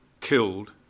killed